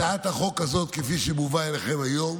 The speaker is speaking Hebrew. הצעת החוק הזאת כפי שהיא מובאת אליכם היום